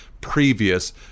previous